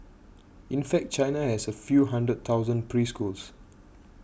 in fact China has a few hundred thousand preschools